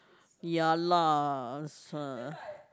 ya lah